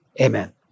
Amen